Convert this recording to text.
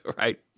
Right